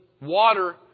water